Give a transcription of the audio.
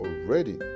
already